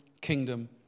kingdom